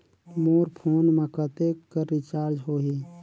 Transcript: मोर phone मा कतेक कर रिचार्ज हो ही?